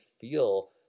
feel